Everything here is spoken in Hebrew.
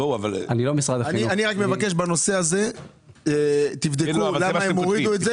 בנושא הזה אני מבקש שתבדקו למה הם הורידו.